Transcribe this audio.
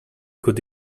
could